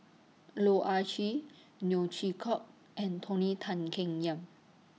Loh Ah Chee Neo Chwee Kok and Tony Tan Keng Yam